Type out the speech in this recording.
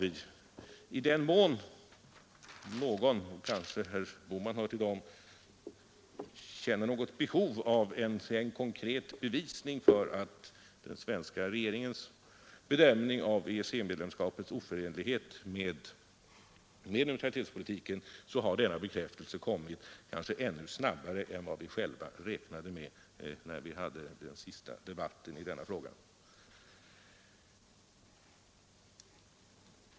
I den mån någon känner något behov av en konkret bevisning för den svenska regeringens bedömning av EEC-medlemskapets oförenlighet med neutralitetspolitiken — och herr Bohman borde höra till dem — så har en bekräftelse härpå kommit, och kanske ännu snabbare än vi räknade med när vi hade den senaste debatten i denna fråga.